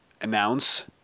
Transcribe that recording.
announce